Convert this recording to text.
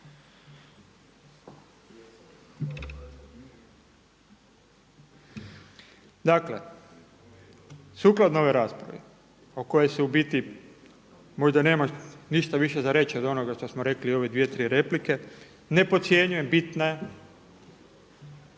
Dakle, sukladno ovoj raspravi o kojoj se u biti možda nema ništa više za reći od onoga što smo rekli u ove dvije, tri replike. Ne podcjenjujem bitne,